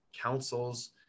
councils